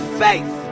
faith